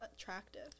attractive